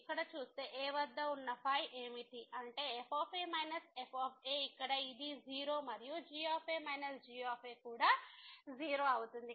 ఇక్కడ చూస్తే a వద్ద ఉన్న ఏమిటి అంటే f f ఇక్కడ ఇది 0 మరియు g g కూడా 0 అవుతుంది